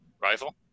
rifle